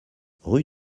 rue